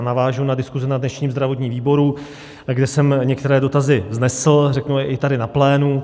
Navážu na diskuzi na dnešním zdravotním výboru, kde jsem některé dotazy vznesl, a řeknu je i tady na plénu.